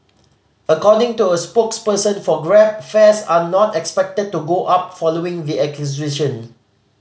according to a spokesperson for Grab fares are not expected to go up following the acquisition